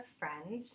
friends